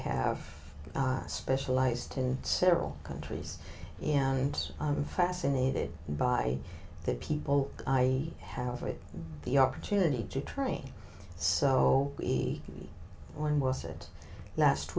have specialized in several countries and i'm fascinated by the people i have it the opportunity to train so we when was it last